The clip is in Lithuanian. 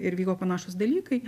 ir vyko panašūs dalykai